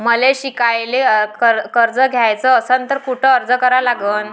मले शिकायले कर्ज घ्याच असन तर कुठ अर्ज करा लागन?